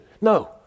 no